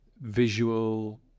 visual